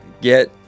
get